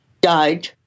died